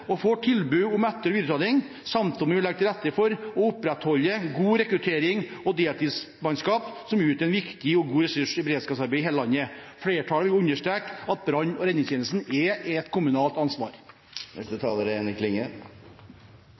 og får tilbud om etter- og videreutdanning. Samtidig må vi legge til rette for å opprettholde god rekruttering for deltidsmannskapet, som utgjør en viktig og god ressurs i beredskapsarbeidet i hele landet. Flertallet vil understreke at brann- og redningstjenesten er et kommunalt ansvar.